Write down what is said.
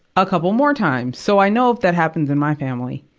a couple more times. so i know if that happens in my family,